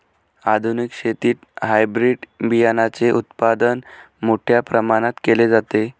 आधुनिक शेतीत हायब्रिड बियाणाचे उत्पादन मोठ्या प्रमाणात केले जाते